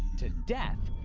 to death,